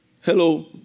Hello